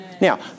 Now